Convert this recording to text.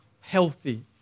healthy